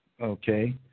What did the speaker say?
okay